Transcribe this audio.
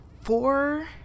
four